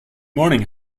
morning